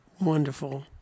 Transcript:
wonderful